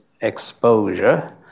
exposure